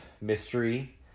mystery